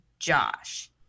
josh